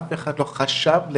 שאף אחד לא חשב לרגע,